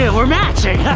and we're matching.